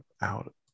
out